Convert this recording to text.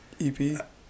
EP